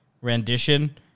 rendition